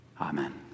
Amen